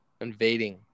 invading